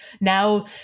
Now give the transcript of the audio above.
now